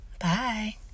bye